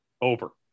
Over